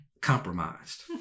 compromised